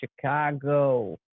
Chicago